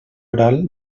oral